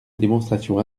démonstration